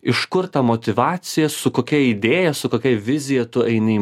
iš kur ta motyvacija su kokia idėja su kokia vizija tu eini į